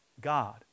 God